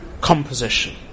composition